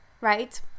right